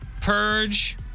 Purge